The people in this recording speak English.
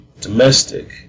domestic